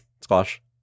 Squash